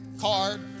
card